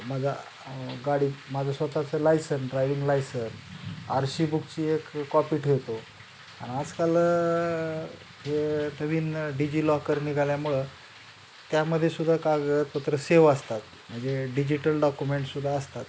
माझा गाडी माझं स्वत चं licence driving licence R C बुकची एक कॉपी ठेवतो आणि आजकाल हे नवीन डिजिलॉकर निघाल्यामुळं त्यामध्ये सुद्धा कागदपत्रं सेव असतात म्हनजे डिजिटल डॉक्युमेंट सुद्धा असतात